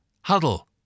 Huddle